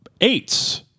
eights